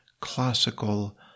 classical